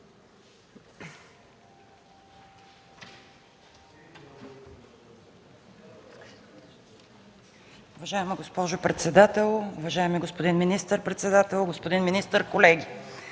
Уважаема госпожо председател, уважаеми господин министър-председател, господин министър, колеги!